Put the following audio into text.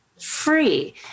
Free